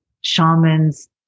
shamans